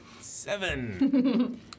Seven